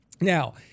now